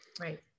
Right